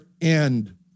end